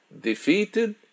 defeated